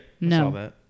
no